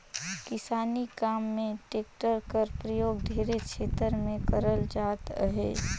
किसानी काम मे टेक्टर कर परियोग ढेरे छेतर मे करल जात अहे